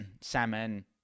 salmon